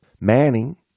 Manning